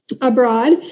abroad